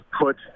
put